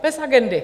Bez agendy!